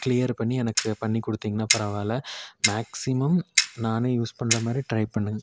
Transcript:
clear பண்ணி எனக்கு பண்ணி கொடுத்திங்கன்னா பரவாயில்ல மேக்சிமம் நான் யூஸ் பண்ணுற மாதிரி ட்ரை பண்ணுங்க